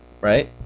right